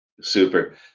Super